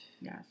Yes